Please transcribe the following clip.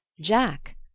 Jack